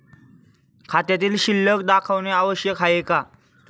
खात्यातील शिल्लक दाखवणे आवश्यक आहे का?